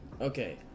Okay